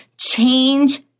change